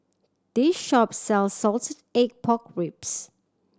this shop sells salted egg pork ribs